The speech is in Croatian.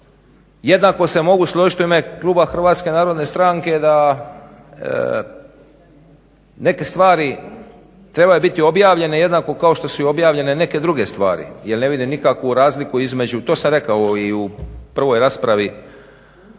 Jednako se mogu složiti u ime kluba HNS-a da neke stvari trebaju biti objavljenje jednako kao što su i objavljene neke druge stvari jer ne vidim nikakvu razliku između, to sam rekao i u prvoj raspravi